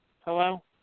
Hello